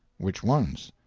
which ones?